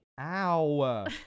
Ow